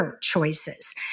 choices